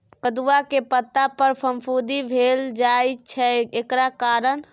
कदुआ के पता पर फफुंदी भेल जाय छै एकर कारण?